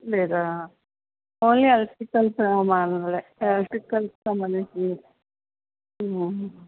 లేదా only electricals సామన్లే electricals సంబంధించినవే